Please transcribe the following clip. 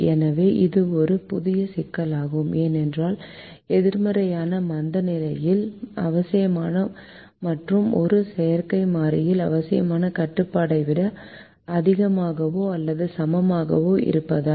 எனவே இது ஒரு புதிய சிக்கலாகும் ஏனென்றால் எதிர்மறையான மந்தநிலையில் அவசியமான மற்றும் ஒரு செயற்கை மாறியில் அவசியமான கட்டுப்பாட்டை விட அதிகமாகவோ அல்லது சமமாகவோ இருப்பதால்